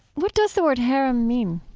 what does the word harem mean?